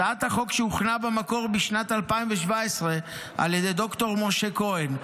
הצעת החוק הוכנה במקור בשנת 2017 על ידי ד"ר משה כהן,